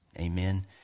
amen